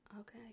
Okay